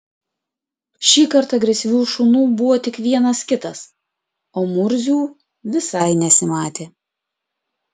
šįkart agresyvių šunų buvo tik vienas kitas o murzių visai nesimatė